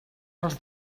els